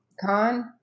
con